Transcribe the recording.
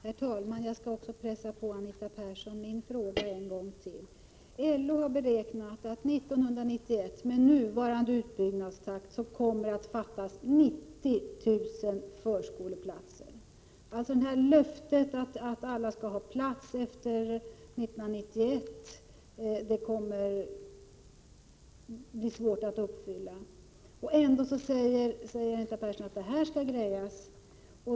Herr talman! Jag skall också pressa på Anita Persson. Jag ställer min fråga en gång till: LO har beräknat att det 1991 med nuvarande utbyggnadstakt kommer att fattas 90 000 förskoleplatser. Löftet att alla förskolebarn skall få barnomsorg efter 1991 kommer alltså att bli svårt att uppfylla. Ändå säger Anita Persson att problemet skall lösas.